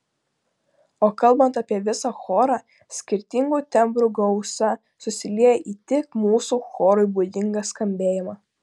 o kalbant apie visą chorą skirtingų tembrų gausa susilieja į tik mūsų chorui būdingą skambėjimą